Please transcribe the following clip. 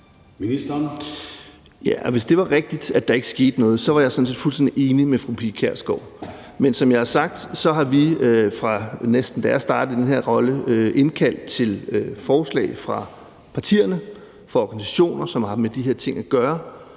Hvis det var rigtigt, at der ikke skete noget, var jeg sådan set fuldstændig enig med fru Pia Kjærsgaard, men som jeg har sagt, har vi, næsten fra da jeg startede i den her rolle, anmodet om forslag fra partierne, fra organisationer, som har med de her ting og gøre,